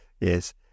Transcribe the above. Yes